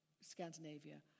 Scandinavia